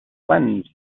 cleanse